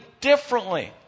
differently